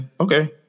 okay